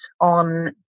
on